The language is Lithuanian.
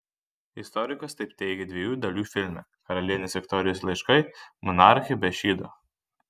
istorikas taip teigė dviejų dalių filme karalienės viktorijos laiškai monarchė be šydo